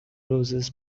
roses